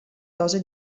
dose